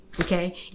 okay